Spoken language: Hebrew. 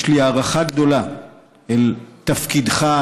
יש לי הערכה גדולה אל תפקידך,